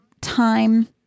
time